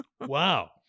Wow